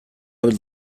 would